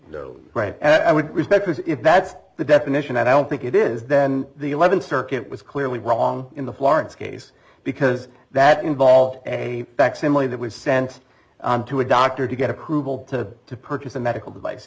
and i would respect if that's the definition and i don't think it is then the eleventh circuit was clearly wrong in the florence case because that involved a facsimile that was sent to a doctor to get approval to to purchase a medical device